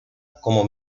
como